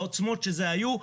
בעוצמות שהיו,